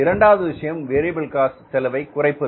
இரண்டாவது விஷயம் variable cost செலவை குறைப்பது